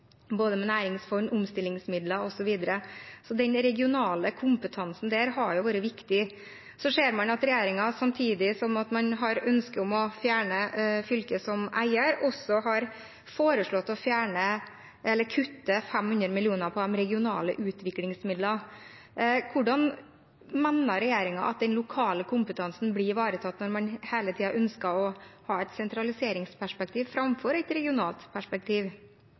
med næringsfond, omstillingsmidler osv. Den regionale kompetansen her har vært viktig. Så ser man at regjeringen, samtidig som man har ønske om å fjerne fylket som eier, også har foreslått å kutte 500 mill. kr i de regionale utviklingsmidlene. Hvordan mener regjeringen at den lokale kompetansen blir ivaretatt når man hele tiden ønsker å ha et sentraliseringsperspektiv framfor et regionalt perspektiv?